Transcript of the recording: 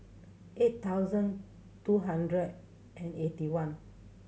eight thousand two hundred and eighty one